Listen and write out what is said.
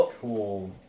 cool